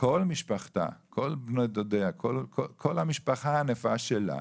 כל המשפחה, כל בני דודיה, כל המשפחה הענפה שלה